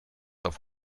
auf